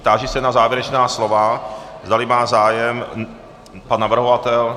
Táži se na závěrečná slova, zdali má zájem pan navrhovatel.